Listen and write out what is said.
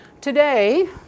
today